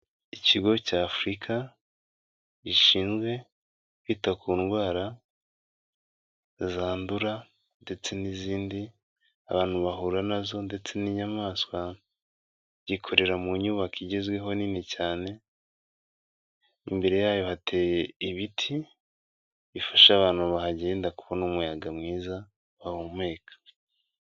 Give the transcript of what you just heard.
Ikigo cya Africa gishinzwe kwita ku ndwara zandura ndetse n'izindi abantu bahura na zo, ndetse n'inyamaswa, gikorera mu nyubako igezweho nini cyane, imbere yayo hateye ibiti bifasha abantu bahagenda kubona umuyaga mwiza bahumeka.